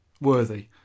worthy